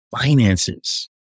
finances